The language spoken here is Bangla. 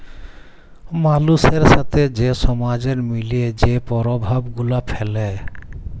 মালুসের সাথে যে সমাজের মিলে যে পরভাব গুলা ফ্যালে